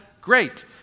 great